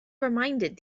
reminded